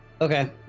Okay